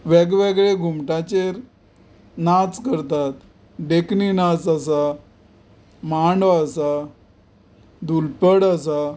वेगवेगळे घुमटाचेर नाच करतात देखणी नाच आसा मांडो आसा दुलपदां आसा